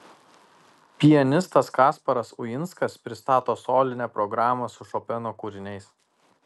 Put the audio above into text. pianistas kasparas uinskas pristato solinę programą su šopeno kūriniais